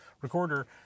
recorder